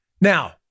Now